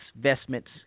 vestments